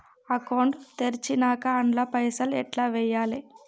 Account తెరిచినాక అండ్ల పైసల్ ఎట్ల వేయాలే?